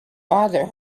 bother